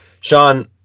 Sean